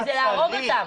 כי זה יהרוג אותם.